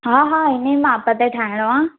हा हा हिनजी माप ते ठाहिणो आहे